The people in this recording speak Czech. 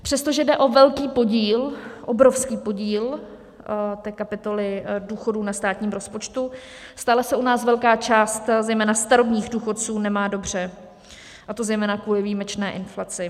Přestože jde o velký podíl, obrovský podíl kapitoly důchodů na státním rozpočtu, stále se u nás velká část zejména starobních důchodců nemá dobře, a to zejména kvůli výjimečné inflaci.